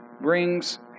brings